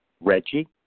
Reggie